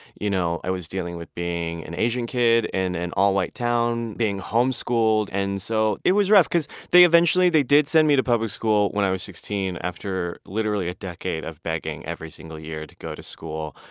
you know i was dealing with being an asian kid in an all white town and being home schooled. and so it was rough because they eventually did did send me to public school when i was sixteen after literally a decade of begging every single year to go to school.